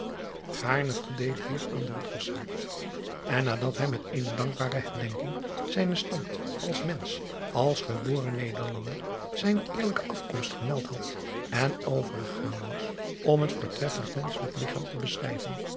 aarne voldeed hier aan de rossaard n nadat hij met eene dankbare herdenking zijnen stand als mensch als geboren ederlander zijne eerlijke afkomst gemeld had en overgegaan was om het voortreffelijk menschelijk ligchaam te bescrijven